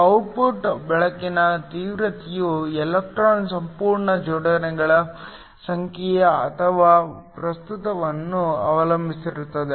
output ಬೆಳಕಿನ ತೀವ್ರತೆಯು electron ಸಂಪೂರ್ಣ ಜೋಡಿಗಳ ಸಂಖ್ಯೆ ಅಥವಾ ಪ್ರಸ್ತುತವನ್ನು ಅವಲಂಬಿಸಿರುತ್ತದೆ